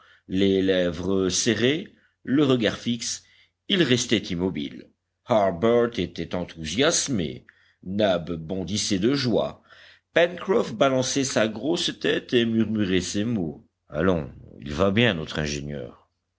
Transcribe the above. les lèvres serrées le regard fixe il restait immobile harbert était enthousiasmé nab bondissait de joie pencroff balançait sa grosse tête et murmurait ces mots allons il va bien notre ingénieur